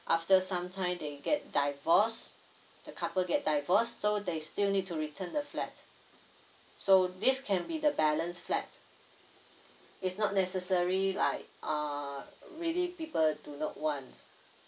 after some time they get divorce the couple get divorce so they still need to return the flat so this can be the balance flat it's not necessary like uh really people do not want